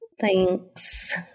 Thanks